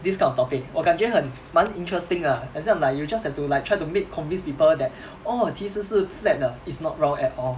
this kind of topic 我感觉很蛮 interesting 的 lah 很像 like you just have to like try to make convince people that oh 其实是 flat 的 it's not round at all